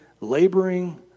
laboring